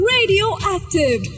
Radioactive